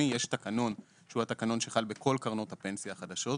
התקנון שחל בכל קרנות הפנסיה החדשות.